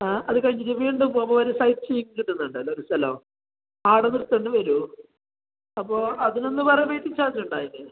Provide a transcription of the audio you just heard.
ആ അത് കഴിഞ്ഞിട്ട് വീണ്ടും പോവുമ്പോൾ ഒരു സൈറ്റ് കിട്ടുന്നുണ്ടല്ലോ ഒരു സ്ഥലം അവിടെ നിന്ന് തന്നെ വരുമോ അപ്പോൾ അതിന് ഒന്നും വേറെ വെയ്റ്റിംഗ് ചാർജ് ഉണ്ടാവില്ലേ